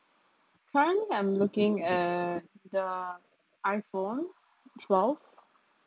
currently I'm looking at the iPhone twelve